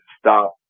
stop